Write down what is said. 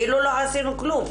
כאילו לא עשינו דבר,